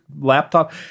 laptop